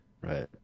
Right